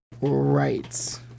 Right